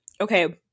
Okay